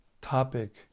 topic